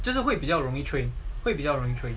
就是会比较容易 train 会比较容易 train